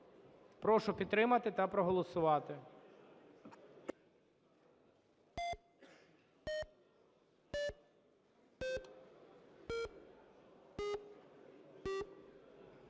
Прошу підтримати та проголосувати.